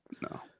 no